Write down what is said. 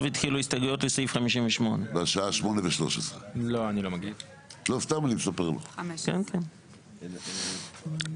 התחילו הסתייגויות לסעיף 58. עכשיו,